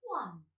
one